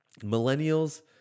millennials